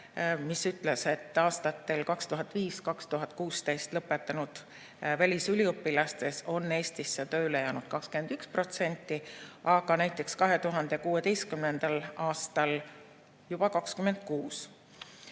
mis ütleb, et aastatel 2005–2016 lõpetanud välisüliõpilastest on Eestisse tööle jäänud 21%, aga näiteks 2016. aastal juba 26%.